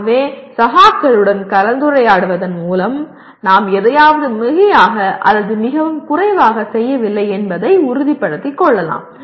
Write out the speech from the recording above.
ஆகவே சகாக்களுடன் கலந்துரையாடுவதன் மூலம் நாம் எதையாவது மிகையாக அல்லது மிகவும் குறைவாக செய்யவில்லை என்பதை உறுதிப்படுத்திக் கொள்ளலாம்